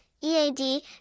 EAD